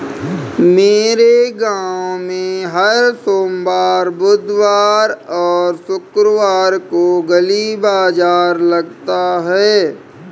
मेरे गांव में हर सोमवार बुधवार और शुक्रवार को गली बाजार लगता है